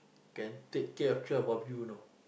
can take of twelve of you know